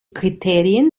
kriterien